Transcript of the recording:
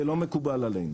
זה לא מקובל עלינו,